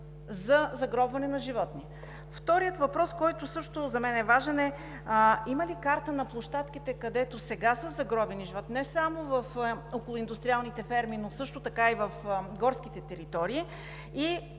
за загробване на животни? Вторият въпрос, който за мен също е важен: има ли карта на площадките, където сега са загробени животни, не само около индустриалните ферми, но също така и в горските територии,